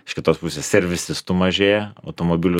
iš kitos pusės servisistų mažėja automobilių